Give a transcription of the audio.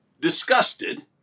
disgusted